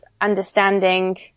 understanding